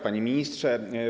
Panie Ministrze!